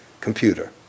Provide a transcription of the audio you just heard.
computer